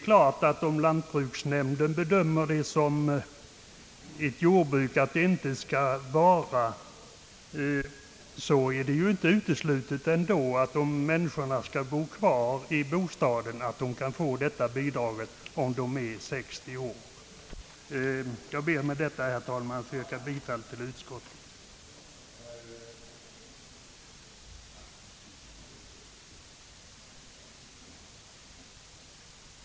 även om lantbruksnämnden bedömer ett jordbruk icke vara värt att satsa på, är det ändå inte uteslutet att de människor som skall bo kvar i bostaden kan få bidrag om de är 60 år. Jag ber med detta, herr talman, att få yrka bifall till utskottets hemställan.